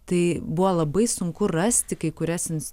tai buvo labai sunku rasti kai kurias ins